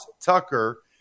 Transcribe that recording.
Tucker